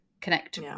connect